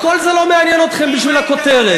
כל זה לא מעניין אתכם בשביל הכותרת.